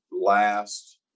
last